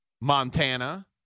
Montana